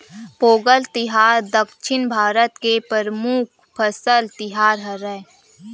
पोंगल तिहार दक्छिन भारत के परमुख फसल तिहार हरय